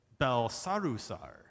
Belsarusar